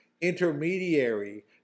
intermediary